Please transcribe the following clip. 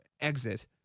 exit